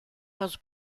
los